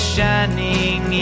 Shining